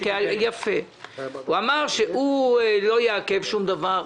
הוא אמר שהוא לא יעכב שום דבר.